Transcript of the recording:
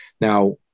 now